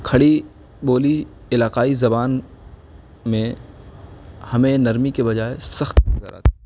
کھڑی بولی علاقائی زبان میں ہمیں نرمی کے بجائے سخت نظر آتی